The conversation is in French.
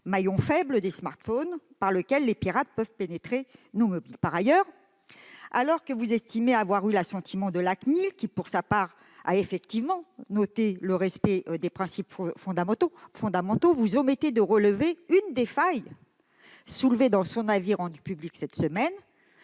maillon faible des smartphones par lequel les pirates peuvent pénétrer dans nos mobiles. Par ailleurs, alors que vous estimez avoir eu l'assentiment de la CNIL, qui pour sa part a effectivement noté le respect des principes fondamentaux, vous omettez de relever une des failles soulevées dans son avis rendu public cette semaine